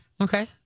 Okay